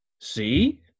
See